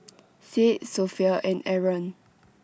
Said Sofea and Aaron